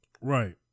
Right